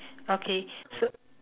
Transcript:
okay so